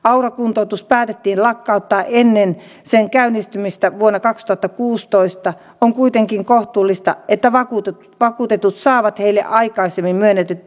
aura kuntoutus päätettiin lakkauttaa ennen sen käynnistymistä vuonna katosta to kuusitoista on kuitenkin kohtuullista että vakuutetut vakuutetut saavat heille aikaisemmin vedetyt